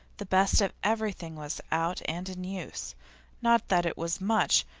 the best of everything was out and in use not that it was much,